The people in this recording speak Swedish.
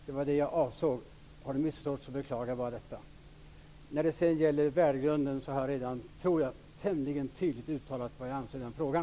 Det var vad jag avsåg. Har det missförståtts beklagar jag detta. När det sedan gäller värdegrunden har jag redan, tror jag, tämligen tydligt uttalat vad jag anser i den frågan.